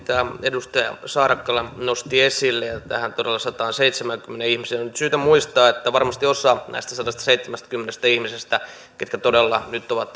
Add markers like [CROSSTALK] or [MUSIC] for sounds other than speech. edustaja saarakkala nosti esille tähän todella sataanseitsemäänkymmeneen ihmiseen on syytä muistaa että varmasti osa näistä sadastaseitsemästäkymmenestä ihmisestä ketkä todella nyt ovat [UNINTELLIGIBLE]